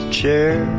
chair